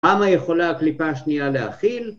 ‫כמה יכולה הקליפה השנייה להכיל